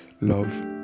love